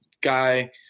guy